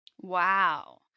Wow